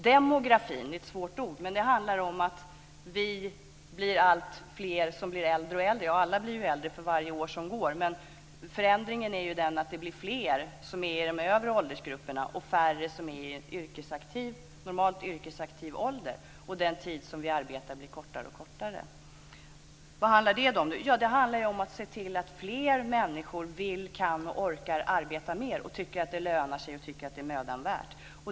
Demografin - ett svårt ord - handlar om att vi som blir äldre och äldre blir alltfler. Ja, alla blir ju äldre för varje år som går, men förändringen är att det blir fler i de övre åldersgrupperna och färre som är i normalt yrkesaktiv ålder. Den tid som vi arbetar blir kortare och kortare. Vad handlar det då om? Jo, det handlar om att se till att fler människor vill, kan och orkar arbeta mer och tycker att det lönar sig och är mödan värt.